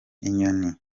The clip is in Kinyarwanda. inyoni